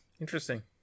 Interesting